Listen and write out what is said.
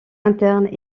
internes